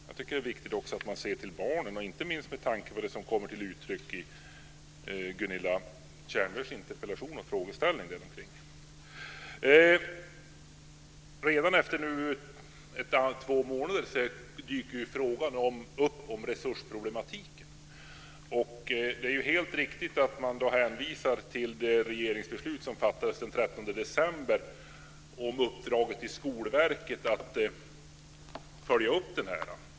Jag tycker att det är viktigt att man ser till barnen, inte minst med tanke på det som kommer till uttryck i Redan efter två månader dyker frågan upp om resursproblematiken. Det är helt riktigt att man hänvisar till det regeringsbeslut som fattades den 13 december om uppdraget till Skolverket att följa upp det här.